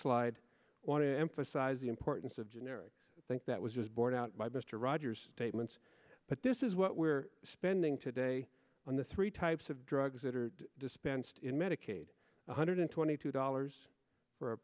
slide want to emphasize the importance of generic think that was borne out by mr rogers statements but this is what we're spending today on the three types of drugs that are dispensed in medicaid one hundred twenty two dollars for a